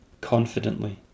confidently